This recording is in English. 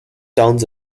towns